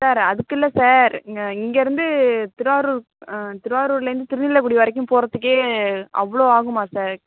sir அதுக்கில்லை sir இங்கே இங்கேயிருந்து திருவாரூர் திருவாரூர்லேருந்து திருநீலக்குடி வரைக்கும் போகிறத்துக்கே அவ்வளோ ஆகுமா சார்